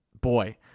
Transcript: boy